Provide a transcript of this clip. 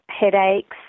headaches